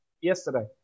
yesterday